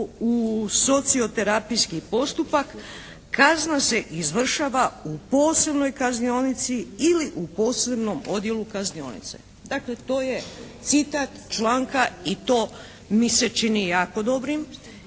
u socioterapijski postupak kazna se izvršava u posebnoj kaznionici ili u posebnom odjelu kaznionice." Dakle to je citat članka i to mi se čini jako dobrim